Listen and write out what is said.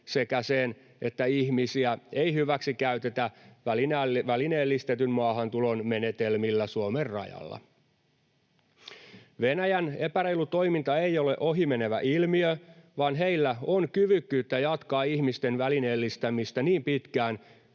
sekä sen, että ihmisiä ei hyväksikäytetä välineellistetyn maahantulon menetelmillä Suomen rajalla. Venäjän epäreilu toiminta ei ole ohimenevä ilmiö, vaan heillä on kyvykkyyttä jatkaa ihmisten välineellistämistä niin pitkään